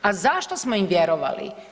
A zašto smo im vjerovali?